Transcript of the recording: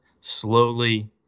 slowly